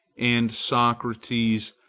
and socrates,